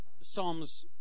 Psalms